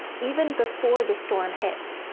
even before the storm hit.